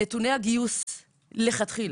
נתוני הגיוס לכתחילה